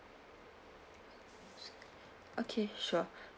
okay sure